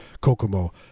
Kokomo